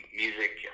music